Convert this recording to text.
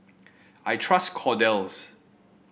I trust Kordel's